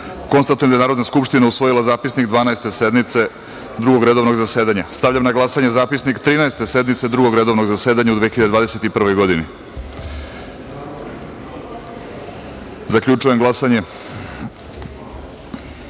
sedam. Konstatujem da je Narodna skupština usvojila Zapisnik Dvanaeste sednice Drugog redovnog zasedanja. Stavljam na glasanje Zapisnik Trinaeste sednice Drugog redovnog zasedanja u 2021. godini. Zaključujem glasanje: